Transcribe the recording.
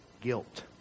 guilt